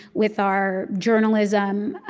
with our journalism,